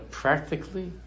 practically